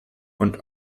und